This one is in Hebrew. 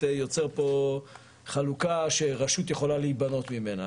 יוצר פה חלוקה שרשות יכולה להיבנות ממנה,